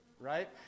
right